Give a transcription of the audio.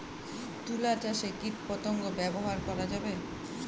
তুলা চাষে কীটপতঙ্গ ব্যবহার করা যাবে?